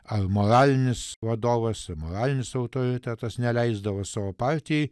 ar moralinis vadovas moralinis autoritetas neleisdavo savo partijai